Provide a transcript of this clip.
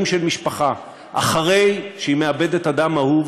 של משפחה אחרי שהיא מאבדת אדם אהוב